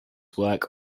work